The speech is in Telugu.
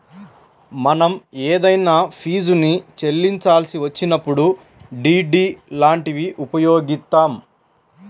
మనం ఏదైనా ఫీజుని చెల్లించాల్సి వచ్చినప్పుడు డి.డి లాంటివి ఉపయోగిత్తాం